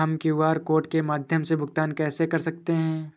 हम QR code के माध्यम से भुगतान कैसे कर सकते हैं?